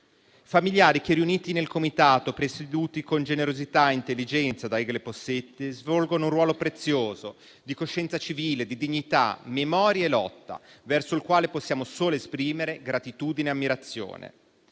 Familiari che, riuniti nel comitato presieduto con generosità e intelligenza da Egle Possetti, svolgono un ruolo prezioso di coscienza civile, dignità, memoria e lotta, verso il quale possiamo solo esprimere gratitudine e ammirazione.